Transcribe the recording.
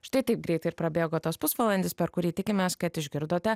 štai taip greit ir prabėgo tas pusvalandis per kurį tikimės kad išgirdote